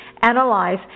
analyze